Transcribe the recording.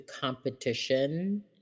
competition